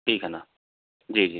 ठीक है मैम जी जी